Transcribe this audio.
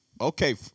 okay